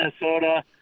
Minnesota